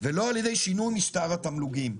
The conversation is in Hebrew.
ולא על-ידי שינוי משטר התמלוגים.